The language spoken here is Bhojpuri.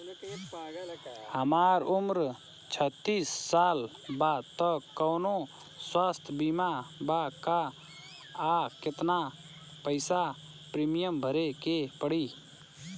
हमार उम्र छत्तिस साल बा त कौनों स्वास्थ्य बीमा बा का आ केतना पईसा प्रीमियम भरे के पड़ी?